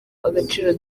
agaciro